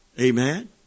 Amen